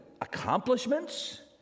accomplishments